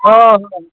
آ آ